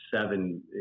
seven